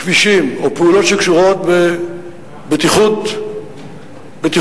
כבישים או פעולות שקשורות בבטיחות בדרכים,